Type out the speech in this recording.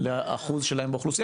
לאחוז שלהם באוכלוסייה,